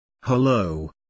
Hello